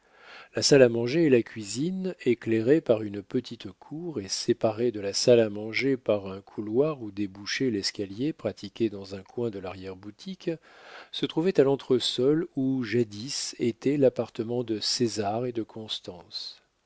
la salle à manger et la cuisine éclairée par une petite cour et séparée de la salle à manger par un couloir où débouchait l'escalier pratiqué dans un coin de l'arrière-boutique se trouvaient à l'entresol où jadis était l'appartement de césar et de constance